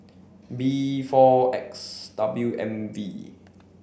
B four X W M V